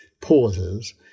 pauses